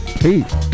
peace